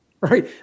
right